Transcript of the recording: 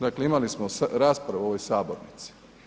Dakle, imali smo raspravu u ovoj sabornici.